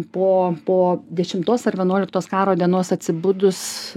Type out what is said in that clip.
po po dešimtos ar vienuoliktos karo dienos atsibudus